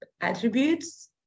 attributes